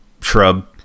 shrub